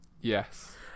Yes